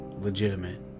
legitimate